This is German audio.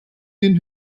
den